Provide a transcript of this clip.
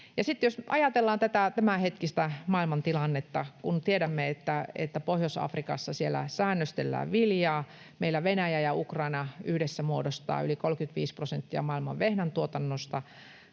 jos ajatellaan tätä tämänhetkistä maailmantilannetta, kun tiedämme, että Pohjois-Afrikassa säännöstellään viljaa ja meillä Venäjä ja Ukraina yhdessä muodostavat yli 35 prosenttia maailman vehnäntuotannosta,